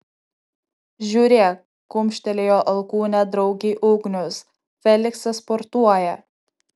žiūrėk kumštelėjo alkūne draugei ugnius feliksas sportuoja